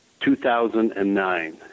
2009